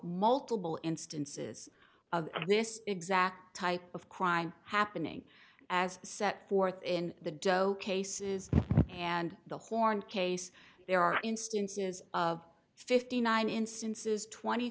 multiple instances of this exact type of crime happening as set forth in the doe cases and the horn case there are instances of fifty nine instances twenty